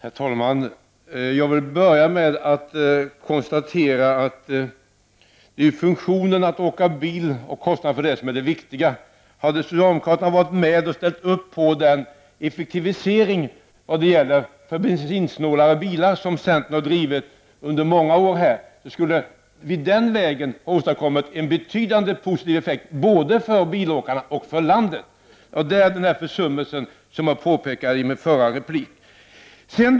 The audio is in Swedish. Herr talman! Jag vill börja med att konstatera att det är funktionen att åka bil och kostnaden för det som är det viktiga. Hade socialdemokraterna ställt upp på den effektivisering vad gäller framtagande av bensinsnålare bilar som centern har drivit under många år, skulle vi den vägen ha åstadkommit en betydande positiv effekt både för bilåkarna och för landet. Det var den försummelsen jag påpekade i min förra replik.